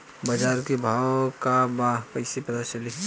बाजार के भाव का बा कईसे पता चली?